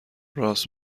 راس